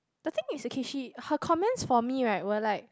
the thing is okay she her comments for me right were like